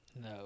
No